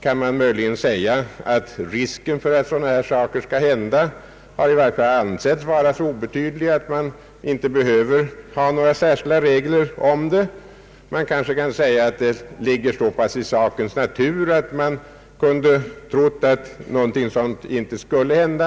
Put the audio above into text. Man kan möjligen säga att risken för att sådana här saker skall hända får anses så obetydlig att man inte behöver ha några särskilda regler härom. Det ligger så pass i sakens natur att man kunde ha trott att en sådan händelse inte skulle inträffa.